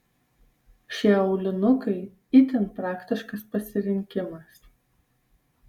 šie aulinukai itin praktiškas pasirinkimas